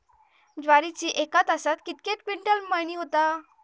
ज्वारीची एका तासात कितके क्विंटल मळणी होता?